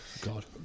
God